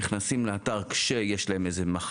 רוב האנשים נכנסים לאתר כשיש להם איזושהי בעיה,